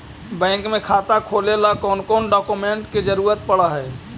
Bank में खाता खोले ल कौन कौन डाउकमेंट के जरूरत पड़ है?